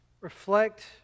Reflect